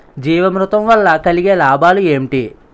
జీవామృతం వల్ల కలిగే లాభాలు ఏంటి?